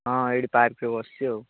ହଁ ଏଇଠି ପାର୍କରେ ବସିଛି ଆଉ